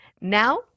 Now